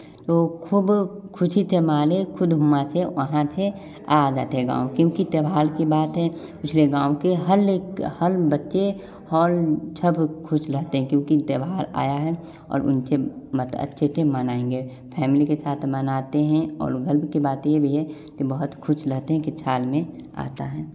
तो खूब खुशी के मारे खुद हमासे वहाँ से आ जाते है गाँव क्योंकि त्योहार की बात है इसलिए गाँव की हर एक हर बच्चे और सब खुश रहते हैं क्योंकि त्योहार आया है और उनके बहुत अच्छे से मनाएँगे फैमली के साथ मनाते हैं और गर्व की बात यह भी है कि बहुत खुश रहते की साल में आता है